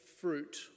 fruit